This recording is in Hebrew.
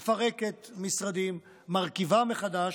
מפרקת משרדים, מרכיבה מחדש,